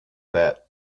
that